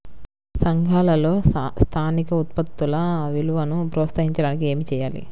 సంఘాలలో స్థానిక ఉత్పత్తుల విలువను ప్రోత్సహించడానికి ఏమి చేయాలి?